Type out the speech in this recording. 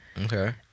Okay